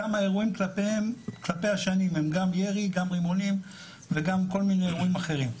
גם האירועים כלפיהם הם גם ירי גם רימונים וגם כל מיני אירועים אחרים.